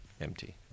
empty